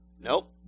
Nope